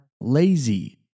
lazy